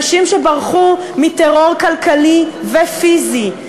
נשים שברחו מטרור כלכלי ופיזי,